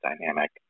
dynamic